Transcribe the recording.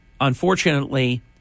Unfortunately